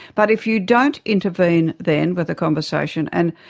but if you don't intervene then with a conversation and,